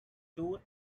tour